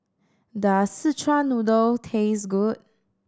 does Szechuan Noodle taste good